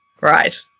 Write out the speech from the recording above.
Right